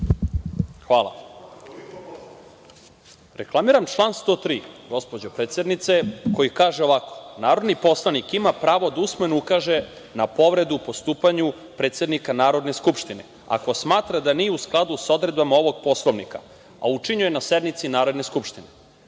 Hvala. Reklamiram član 103, gospođo predsednice, koji kaže ovako: „Narodni poslanik ima pravo da usmeno ukaže na povredu u postupanju predsednika Narodne skupštine ako smatra da nije u skladu sa odredbama ovog Poslovnika, a učinjenu na sednici Narodne skupštine“.